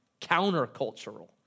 countercultural